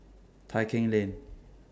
Tai Keng Lane